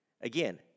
Again